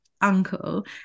uncle